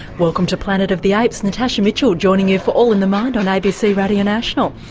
welcome to planet of the apes, natasha mitchell joining you for all in the mind on abc radio national.